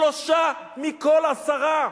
שלושה מכל עשרה.